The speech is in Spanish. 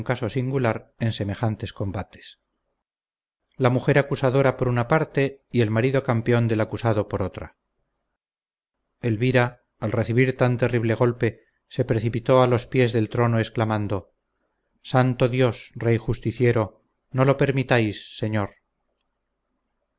singular en semejantes combates la mujer acusadora por una parte y el marido campeón del acusado por otra elvira al recibir tan terrible golpe se precipitó a los pies del trono exclamando santo dios rey justiciero no lo permitirás señor